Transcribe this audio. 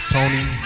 Tony